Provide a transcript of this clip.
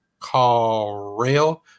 CallRail